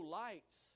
lights